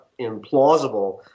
implausible